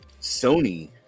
Sony